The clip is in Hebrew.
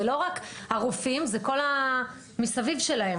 זה לא רק הרופאים, זה כל המסביב שלהם.